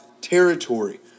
territory